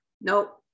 Nope